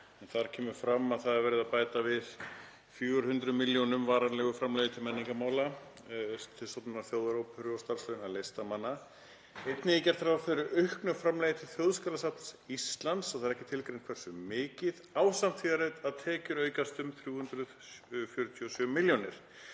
en þar kemur fram að það er verið að bæta við 400 milljónum í varanlegt framlag til menningarmála til stofnunar þjóðaróperu og starfslauna listamanna. Einnig er gert ráð fyrir auknu framlagi til Þjóðskjalasafns Íslands, það er ekki tilgreint hversu mikið, ásamt því að tekjur aukast um 347 milljónir.